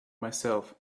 myself